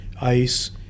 ice